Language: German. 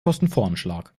kostenvoranschlag